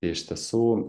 tai iš tiesų